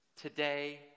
today